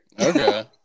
Okay